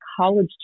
college